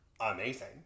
amazing